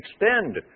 extend